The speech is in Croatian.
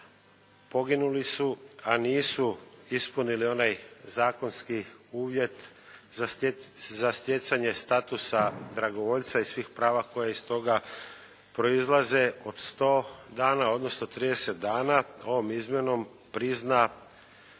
poginuli su, a nisu ispunili onaj zakonski uvjet za stjecanje statusa dragovoljca i svih prava koji iz toga proizlaze od 100 dana odnosno 30 dana ovom izmjenom prizna